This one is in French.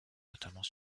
notamment